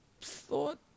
thought